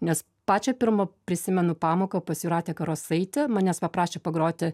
nes pačią pirmą prisimenu pamoką pas jūratę karosaitę manęs paprašė pagroti